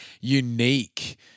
unique